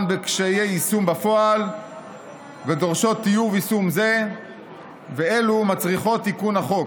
בקשיי יישום בפועל ודורשות טיוב יישום זה ואילו מצריכות את תיקון החוק.